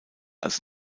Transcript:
als